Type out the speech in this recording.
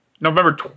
November